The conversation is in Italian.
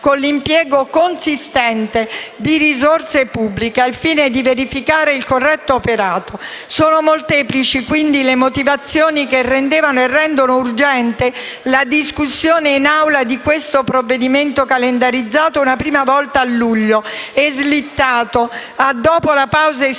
con l'impiego consistente di risorse pubbliche, al fine di verificare il corretto operato. Sono quindi molteplici le motivazioni che rendevano e rendono urgente la discussione in Aula di questo provvedimento, calendarizzato una prima volta a luglio, slittato a dopo la pausa estiva e